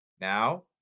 Now